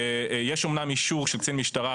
יש אמנם אישור של קצין משטרה,